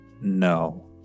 no